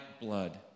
blood